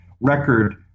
record